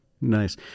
Nice